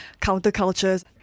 countercultures